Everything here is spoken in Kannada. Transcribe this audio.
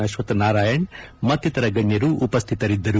ಅಶ್ವಥ್ ನಾರಾಯಣ್ ಮತ್ತಿತರ ಗಣ್ಯರು ಉಪಸ್ಥಿತರಿದ್ದರು